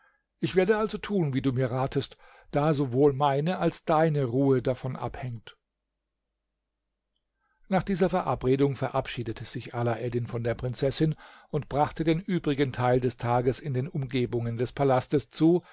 ich werde also tun wie du mir ratest da sowohl meine als deine ruhe davon abhängt nach dieser verabredung verabschiedete sich alaeddin von der prinzessin und brachte den übrigen teil des tages in den umgebungen des palastes zu